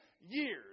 years